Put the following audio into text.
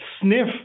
sniff